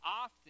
often